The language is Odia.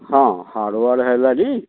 ହଁ ହାର୍ଡୱାର୍ ହେଲାଣି